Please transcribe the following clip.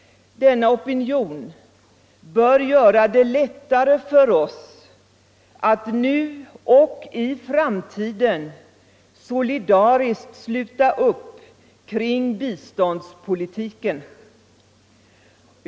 Denna opinion gör det lättare för oss att nu och i framtiden solidariskt sluta upp kring biståndspolitiken.